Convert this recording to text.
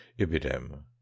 ibidem